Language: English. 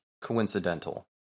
coincidental